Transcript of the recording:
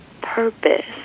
purpose